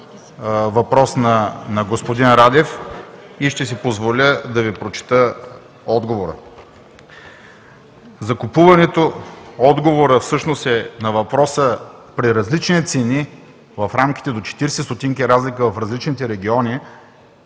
въпрос на господин Радев и ще си позволя да Ви прочета отговора. Отговорът е на въпроса: при различни цени в рамките до 40 ст. разлика в различните региони,